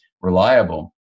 reliable